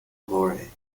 glory